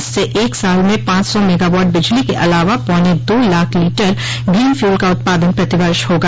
इससे एक साल में पांच सौ मेगावाट बिजली के अलावा पौने दो लाख लीटर ग्रीन फ्यूल का उत्पादन प्रति वर्ष होगा